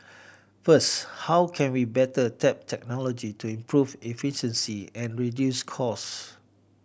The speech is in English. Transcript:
first how can we better tap technology to improve efficiency and reduce cost